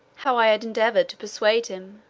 how i had endeavoured to persuade him,